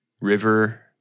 River